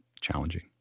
challenging